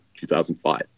2005